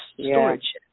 storage